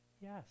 yes